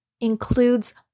includes